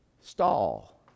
stall